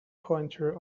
pointer